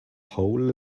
whole